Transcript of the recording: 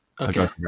Okay